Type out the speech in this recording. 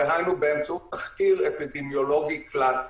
דהיינו באמצעות תחקיר אפידמיולוגי קלאסי.